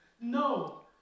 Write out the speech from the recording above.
No